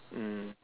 mm